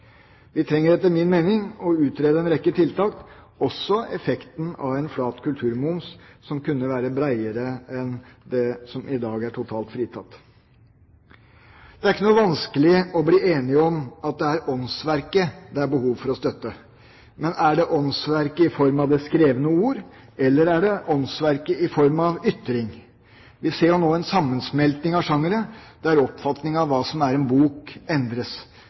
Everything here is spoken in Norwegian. Vi trenger etter min mening å utrede en rekke tiltak, også effekten av en flat kulturmoms som kunne være bredere enn det som i dag er totalt fritatt. Det er ikke noe vanskelig å bli enige om at det er åndsverket det er behov for å støtte, men er det åndsverket i form av det skrevne ord, eller er det åndsverket i form av ytring? Vi ser jo nå en sammensmelting av sjangre, der oppfatningen av hva som er en bok, endres.